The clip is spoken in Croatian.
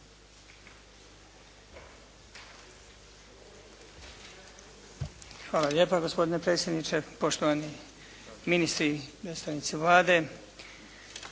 Hvala lijepa gospodine predsjedniče, poštovani ministri i predstavnici Vlade,